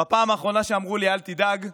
בפעם האחרונה שאמרו לי "אל תדאג",